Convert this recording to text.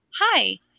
Hi